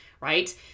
right